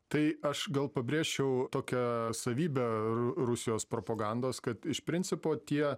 tai aš gal pabrėžčiau tokią savybę rusijos propagandos kad iš principo tie